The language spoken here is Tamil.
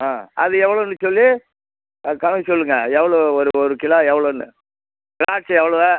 ஆ அது எவ்வளோன்னு சொல்லி அது கணக்கு சொல்லுங்கள் எவ்வளோ ஒரு ஒரு கிலோ எவ்வளோன்னு திராட்சை எவ்வளோவு